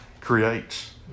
creates